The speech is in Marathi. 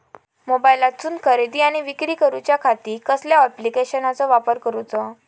मोबाईलातसून खरेदी आणि विक्री करूच्या खाती कसल्या ॲप्लिकेशनाचो वापर करूचो?